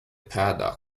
paddock